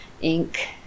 ink